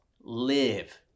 Live